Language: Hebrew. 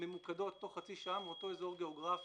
ממוקדות תוך חצי שעה, מאותו אזור גיאוגרפי,